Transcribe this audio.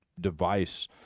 device